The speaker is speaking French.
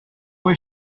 faut